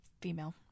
female